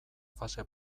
fase